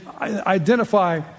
identify